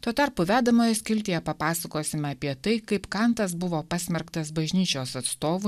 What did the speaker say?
tuo tarpu vedamojo skiltyje papasakosim apie tai kaip kantas buvo pasmerktas bažnyčios atstovų